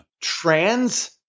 Trans